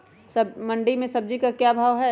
मंडी में सब्जी का क्या भाव हैँ?